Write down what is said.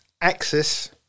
axis